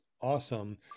awesome